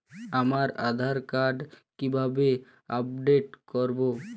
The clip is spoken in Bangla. আমার আধার কার্ড কিভাবে আপডেট করব?